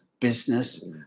business